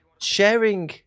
sharing